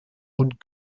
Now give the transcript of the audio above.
und